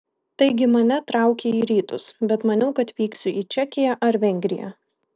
taigi mane traukė į rytus bet maniau kad vyksiu į čekiją ar vengriją